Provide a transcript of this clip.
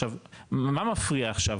עכשיו מה מפריע עכשיו?